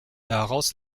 daraus